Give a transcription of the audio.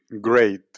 great